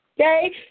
Okay